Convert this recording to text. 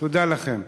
תודה לכם.